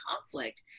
conflict